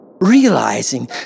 realizing